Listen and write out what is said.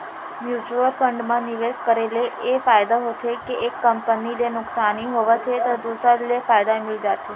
mutual fund म निवेस करे ले ए फायदा होथे के एक कंपनी ले नुकसानी होवत हे त दूसर ले फायदा मिल जाथे